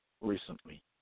recently